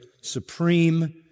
supreme